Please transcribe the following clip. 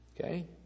Okay